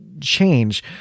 change